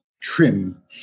trim